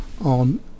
on